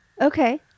okay